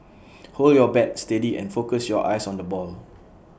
hold your bat steady and focus your eyes on the ball